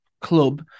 club